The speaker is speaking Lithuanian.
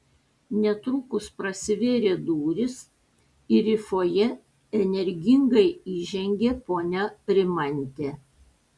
netrukus prasivėrė durys ir į fojė energingai įžengė ponia rimantė